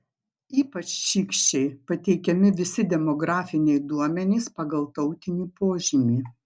ypač šykščiai pateikiami visi demografiniai duomenys pagal tautinį požymį